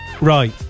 right